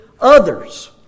others